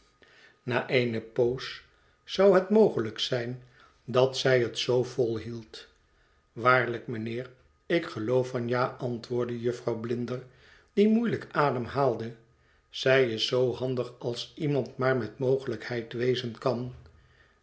na eene poos zou het mogelijk zijn dat zij het zoo volhield waarlijk mijnheer ik geloof van ja antwoordde jufvrouw blinder die moeielijk ademhaalde zij is zoo handig als iemand maar met mogelijkheid wezen kan